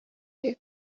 you